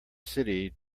city